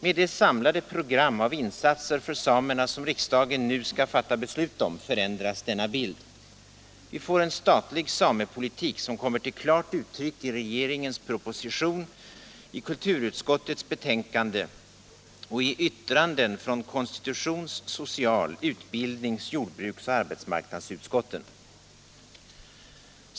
Med det samlade program av insatser för samerna som riksdagen nu skall fatta beslut om förändras denna bild. Vi får en statlig samepolitik. som kommer till klart uttryck i regeringens proposition, i kulturutskottets betänkande och i yttranden från konstitutions-. social-, utbildnings-, jordbruks och arbetsmarknadsutskotten.